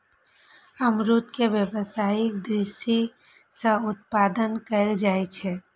अमरूद के व्यावसायिक दृषि सं उत्पादन कैल जाइ छै